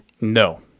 No